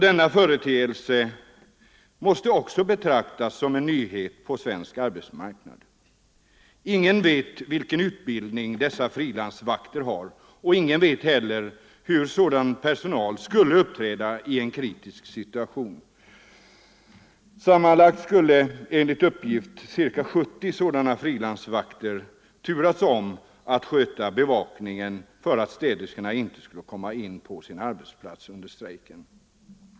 Denna företeelse måste också betraktas som en nyhet på svensk arbetsmarknad. Ingen vet vilken utbildning dessa frilansvakter har. Ingen vet heller 95 hur sådan personal skulle uppträda i en kritisk situation. Sammanlagt skulle enligt uppgift ca 70 sådana frilansvakter ha turats om att sköta bevakningen för att städerskorna inte skulle komma in på sin arbetsplats under strejken.